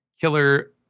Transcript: killer